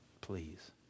please